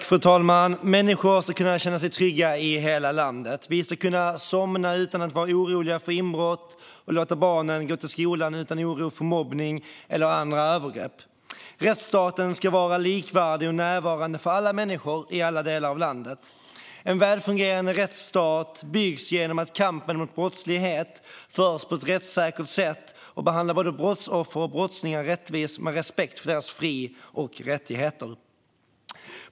Fru talman! Människor ska kunna känna sig trygga i hela landet. Vi ska kunna somna utan att vara oroliga för inbrott och låta barnen gå till skolan utan oro för mobbning eller andra övergrepp. Rättsstaten ska vara likvärdig och närvarande för alla människor i alla delar av landet. En välfungerande rättsstat byggs genom att kampen mot brottslighet förs på ett rättssäkert sätt och genom att både brottsoffer och brottslingar behandlas rättvist och med respekt för deras fri och rättigheter.